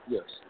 Yes